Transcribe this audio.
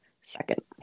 second